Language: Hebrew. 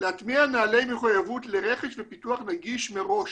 נהלי מחויבות לרכש ופיתוח נגיש מראש.